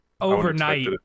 Overnight